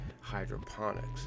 hydroponics